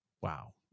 wow